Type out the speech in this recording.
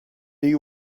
you